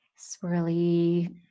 swirly